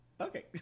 okay